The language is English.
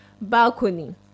balcony